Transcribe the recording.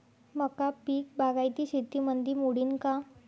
मका पीक बागायती शेतीमंदी मोडीन का?